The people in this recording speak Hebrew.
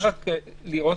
קודם כל,